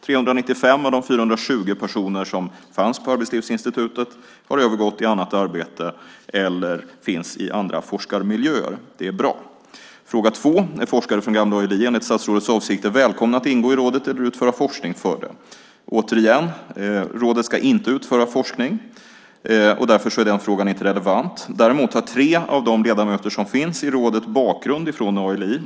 395 av de 420 personer som fanns på Arbetslivsinstitutet har övergått till annat arbete eller finns i andra forskarmiljöer. Det är bra. Den andra frågan är: Är forskare från gamla ALI, enligt statsrådets avsikter, välkomna att ingå i rådet eller utföra forskning för det? Låt mig återigen säga att rådet inte ska utföra forskning. Därför är den frågan inte relevant. Däremot har tre av de ledamöter som finns i rådet bakgrund från ALI.